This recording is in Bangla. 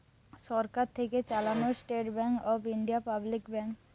সরকার থেকে চালানো State Bank of India public bank